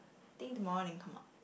think tomorrow then come out